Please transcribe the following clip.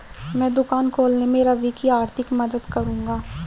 मैं दुकान खोलने में रवि की आर्थिक मदद करूंगा